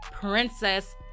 Princess